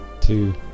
two